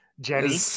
jenny